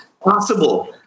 possible